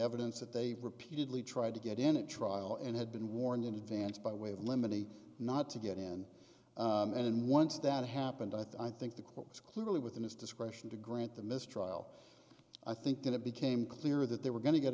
evidence that they repeatedly tried to get in a trial and had been warned in advance by way of limiting not to get in and once that happened i think the court was clearly within its discretion to grant the mistrial i think that it became clear that they were going to g